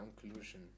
conclusion